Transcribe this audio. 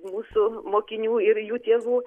mūsų mokinių ir jų tėvų